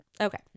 Okay